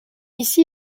ici